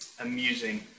amusing